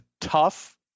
tough